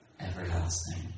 everlasting